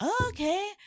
okay